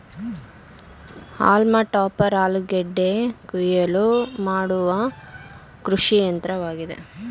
haulm topper ಆಲೂಗೆಡ್ಡೆ ಕುಯಿಲು ಮಾಡುವ ಕೃಷಿಯಂತ್ರವಾಗಿದೆ